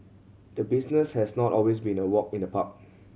the business has not always been a walk in the park